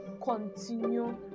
continue